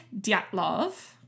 Dyatlov